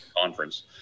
conference